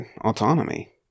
autonomy